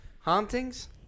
Hauntings